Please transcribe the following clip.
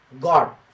God